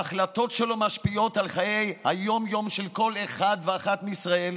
ההחלטות שלו משפיעות על חיי היום-יום של כל אחד ואחת בישראל